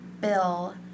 bill